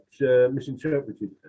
misinterpreted